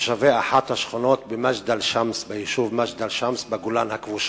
לתושבי אחת השכונות ביישוב מג'דל-שמס בגולן הכבושה.